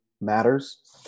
Matters